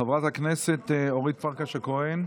חברת הכנסת אורית פרקש הכהן,